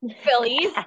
phillies